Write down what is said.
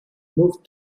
moved